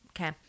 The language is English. Okay